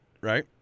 Right